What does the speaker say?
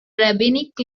rabbinic